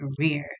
career